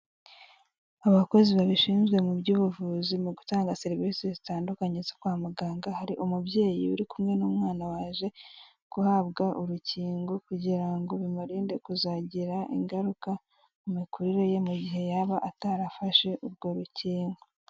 Abakozi babishinzwe mu by'ubuvuzi mu gutanga serivisi zitandukanye zo kwa muganga hari umubyeyi uri kumwe n'umwana waje guhabwa urukingo kugira ngo bimurinde kuzagira ingaruka ku mikurire ye mu gihe yaba atarafashe urwo rukingo.